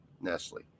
Nestle